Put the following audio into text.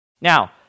Now